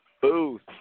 booth